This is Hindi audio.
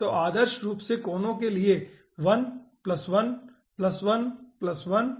तो आदर्श रूप से कोनों के लिए यह 1 1 1 1 फिर यह 1 1 है